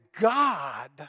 God